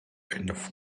enough